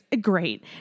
great